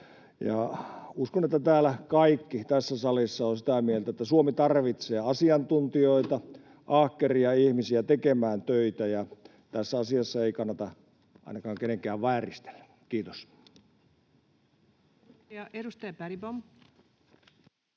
Uskon, että kaikki tässä salissa ovat sitä mieltä, että Suomi tarvitsee asiantuntijoita, ahkeria ihmisiä tekemään töitä. Tässä asiassa ainakaan ei kannata kenenkään vääristellä. — Kiitos.